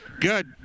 Good